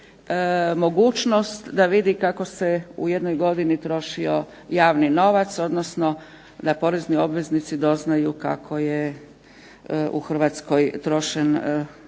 mogućnost da vidi kako se u jednoj godini trošio javni novac, odnosno da porezni obveznici doznaju kako je u Hrvatskoj trošeni